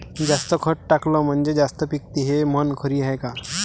जास्त खत टाकलं म्हनजे जास्त पिकते हे म्हन खरी हाये का?